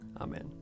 Amen